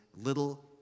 little